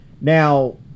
Now